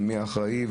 מי האחראי,